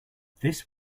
this